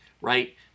right